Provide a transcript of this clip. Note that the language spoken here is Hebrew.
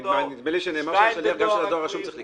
נדמה לי שנאמר פה שהשליח של הדואר הרשום גם כן צריך להיכנס.